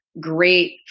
great